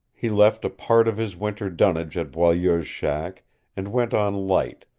he left a part of his winter dunnage at boileau's shack and went on light,